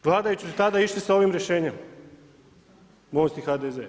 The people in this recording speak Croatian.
Vladajući su tada išli s ovim rješenjem, MOST i HDZ.